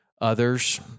Others